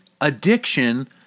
addiction